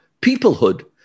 peoplehood